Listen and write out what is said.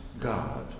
God